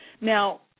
Now